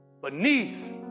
Beneath